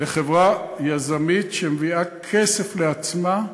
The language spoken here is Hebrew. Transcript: לחברה יזמית שמביאה כסף לעצמה,